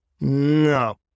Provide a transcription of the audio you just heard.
no